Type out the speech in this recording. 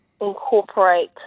incorporate